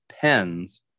pens